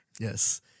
Yes